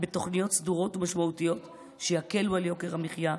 בתוכניות סדורות ומשמעותיות שיקלו על יוקר המחיה,